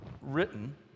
written